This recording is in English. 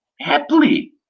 happily